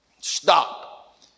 Stop